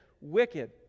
wicked